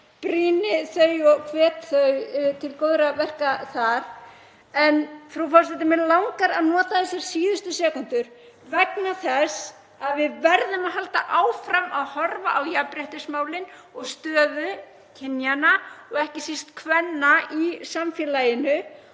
brýni þau og hvet þau til góðra verka þar. Frú forseti. Mig langar að nota þessar síðustu sekúndur vegna þess að við verðum að halda áfram að horfa á jafnréttismálin og stöðu kynjanna og ekki síst kvenna í samfélaginu.